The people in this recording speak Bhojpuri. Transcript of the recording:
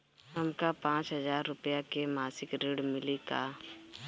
हमका पांच हज़ार रूपया के मासिक ऋण मिली का?